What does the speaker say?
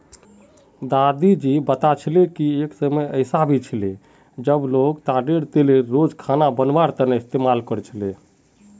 दादी जी बता छे कि एक समय ऐसा भी छिले जब लोग ताडेर तेलेर रोज खाना बनवार तने इस्तमाल कर छीले